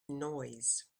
noise